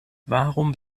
warum